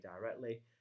directly